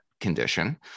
condition